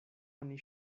oni